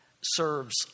serves